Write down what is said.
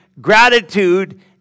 gratitude